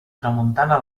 tramuntana